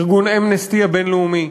ארגון "אמנסטי" הבין-לאומי,